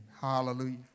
Hallelujah